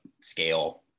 scale